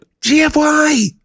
gfy